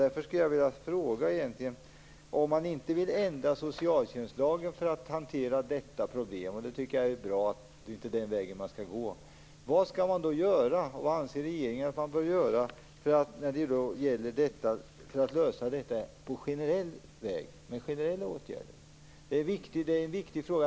Därför vill jag fråga: Om man inte vill ändra socialtjänstlagen för att hantera detta problem, och det tycker jag inte är den väg som man skall välja, vilka generella åtgärder anser då regeringen att man bör vidta för att lösa problemet? Det är en viktig fråga.